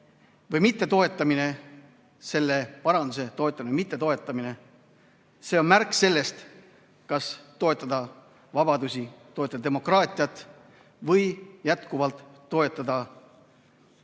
või mittetoetamine, selle paranduse toetamine või mittetoetamine on märk sellest, kas toetada vabadusi, toetada demokraatiat või jätkuvalt toetada musta